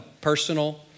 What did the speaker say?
personal